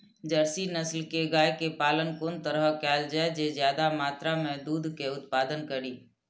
Jersey नस्ल के गाय के पालन कोन तरह कायल जाय जे ज्यादा मात्रा में दूध के उत्पादन करी?